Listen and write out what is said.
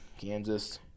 Kansas